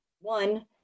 one